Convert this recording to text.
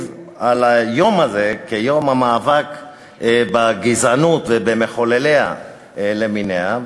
על היום הזה כיום המאבק בגזענות ובמחולליה למיניהם,